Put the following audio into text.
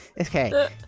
Okay